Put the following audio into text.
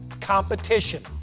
competition